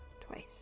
twice